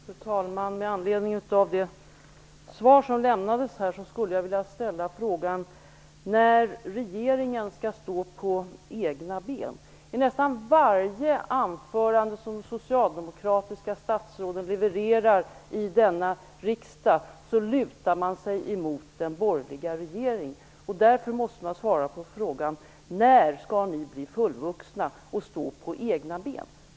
Fru talman! Med anledning av det svar som lämnades skulle jag vilja ställa en fråga om när regeringen skall stå på egna ben. I nästan varje anförande som socialdemokratiska statsråd levererar i denna riksdag lutar man sig mot den borgerliga regeringen. Därför måste ni svara på frågan: När skall ni bli fullvuxna och stå på egna ben?